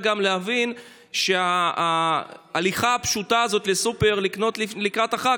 גם להבין שהליכה הפשוטה הזאת לסופר לקנות לקראת החג